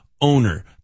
owner